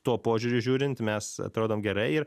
tuo požiūriu žiūrint mes atrodom gerai ir